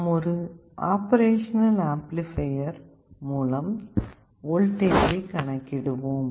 நாம் ஒரு operational amplifier மூலம் வோல்டேஜை கணக்கிடுவோம்